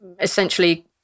essentially